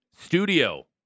studio